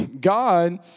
God